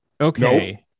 Okay